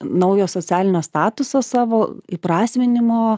naujo socialinio statuso savo įprasminimo